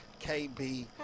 KB